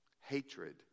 Hatred